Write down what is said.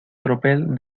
tropel